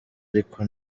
ariko